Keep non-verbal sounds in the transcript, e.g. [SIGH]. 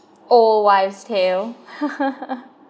old wise tale [LAUGHS]